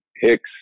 hicks